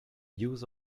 use